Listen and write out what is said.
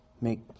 make